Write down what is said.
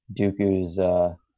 Dooku's